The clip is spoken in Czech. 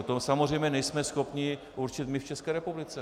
To samozřejmě nejsme schopni určit my v České republice.